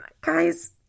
Guys